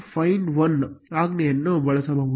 findOne ಆಜ್ಞೆಯನ್ನು ಬಳಸಬಹುದು